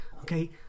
okay